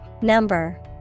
Number